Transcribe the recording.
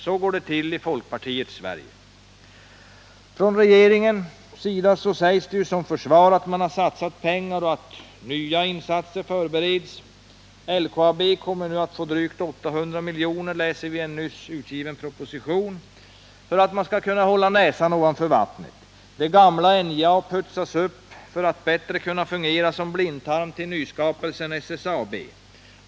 Så går det till i folkpartiets Sverige! Från regeringens sida sägs det som försvar att man har satsat pengar och att nya insatser förbereds. LKAB kommer nu att få drygt 800 miljoner, läser vi i en nyss utgiven proposition, för att kunna hålla näsan ovan vattnet, det gamla NJA putsas upp för att bättre kunna fungera som blindtarm till nyskapelsen SSAB.